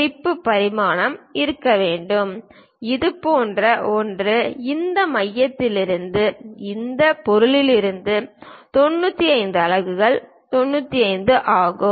குறிப்பு பரிமாணம் இருக்க வேண்டும் இது போன்ற ஒன்று இந்த மையத்திலிருந்து இந்த பொருளிலிருந்து 95 அலகுகள் 95 ஆகும்